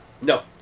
No